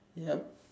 yup